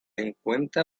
encuentra